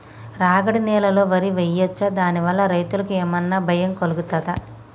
రాగడి నేలలో వరి వేయచ్చా దాని వల్ల రైతులకు ఏమన్నా భయం కలుగుతదా?